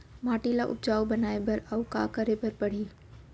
माटी ल उपजाऊ बनाए बर अऊ का करे बर परही?